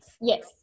Yes